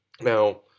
Now